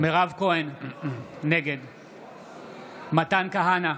מירב כהן, נגד מתן כהנא,